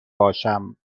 باشم